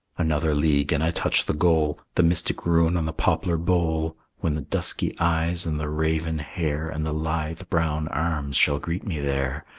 another league, and i touch the goal the mystic rune on the poplar bole when the dusky eyes and the raven hair and the lithe brown arms shall greet me there.